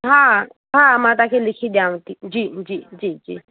हा हा मां तव्हांखे लिखी ॾियांव थी जी जी जी जी